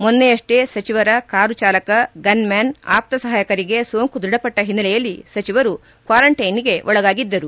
ಮೊನ್ನೆಯಪ್ಪೆ ಸಚಿವರ ಕಾರು ಚಾಲಕ ಗನ್ಮ್ಯಾನ್ ಆಪ್ತ ಸಹಾಯಕರಿಗೆ ಸೋಂಕು ದೃಢಪಟ್ಟ ಹಿನ್ನೆಲೆಯಲ್ಲಿ ಸಚಿವರು ಕ್ವಾರಂಟೈನ್ಗೆ ಒಳಗಾಗಿದ್ದರು